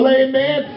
amen